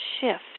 shift